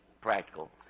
practical